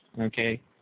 okay